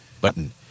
button